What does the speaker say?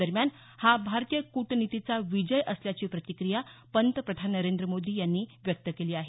दरम्यान हा भारतीय कूटनितीचा विजय असल्याची प्रतिक्रिया पंतप्रधान नरेंद्र मोदी यांनी व्यक्त केली आहे